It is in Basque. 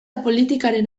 politikaren